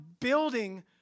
building